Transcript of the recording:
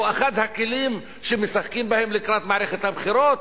או אחד הכלים שמשחקים בהם לקראת מערכת הבחירות.